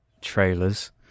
trailers